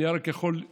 אני יכול לפנות